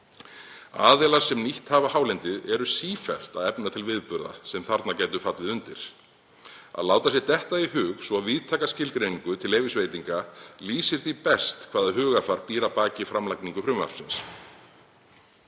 Aðilar sem nýtt hafa hálendið eru sífellt að efna til viðburða sem þarna gætu fallið undir. Að láta sér detta í hug svo víðtæka skilgreiningu til leyfisveitinga lýsir því best hvaða hugarfar býr að baki framlagningu frumvarpsins.